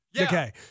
Okay